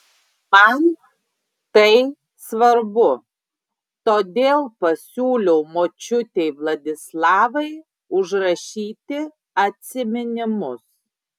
man tai svarbu todėl pasiūliau močiutei vladislavai užrašyti atsiminimus